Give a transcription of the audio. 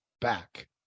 back